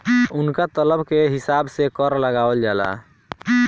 उनका तलब के हिसाब से कर लगावल जाला